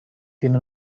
tiene